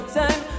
time